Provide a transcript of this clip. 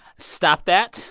stop that?